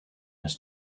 his